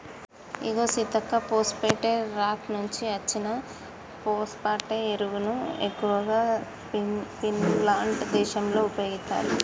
ఇగో Seethakka phosphate rock నుంచి అచ్చిన phosphate ఎరువును ఎక్కువగా ఫిన్లాండ్ దేశంలో ఉపయోగిత్తారు